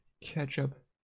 ketchup